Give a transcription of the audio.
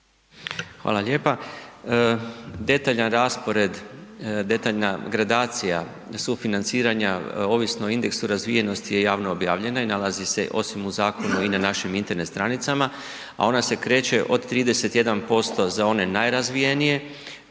Hvala lijepa. Detaljan raspored, detaljna gradacija sufinanciranja ovisno o indeksu razvijenosti je javno objavljena i nalazi se osim u zakonu i na našim Internet stranicama a ona se kreće od 31% za one najrazvijenije